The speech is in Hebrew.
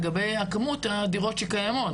לגבי הכמות של הדירות שקיימות,